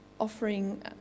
offering